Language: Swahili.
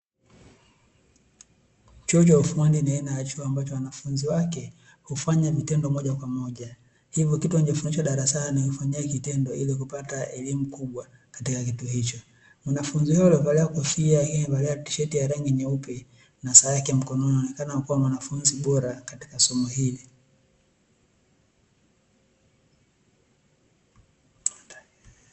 Chuo cha ufundi ni aina ya chuo ambacho wanafunzi wake hufanya vitendo moja kwa moja, hivyo kitu wanachofundishwa darasani hufanyia vitendo ili kupata elimu kubwa katika kitu hicho. Mwanafaunzi huyo aliyevalia kofia hii amevalia tisheti ya rangi nyeupe na saa yake mkononi anaonekana kuwa mwanafunzi bora katika somo hili.